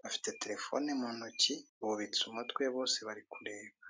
Bafite telefone mu ntoki, bubitse umutwe bose bari kureba.